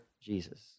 Jesus